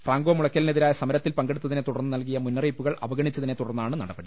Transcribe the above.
Franco മുള ക്കലിനെതിരായ സമരത്തിൽ പങ്കെടുത്തതിനെ തുടന്ന് നൽകിയ മുന്നറിയിപ്പുകൾ അവഗണിച്ചതിനെ തുടർന്നാണു നടപടി